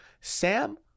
Sam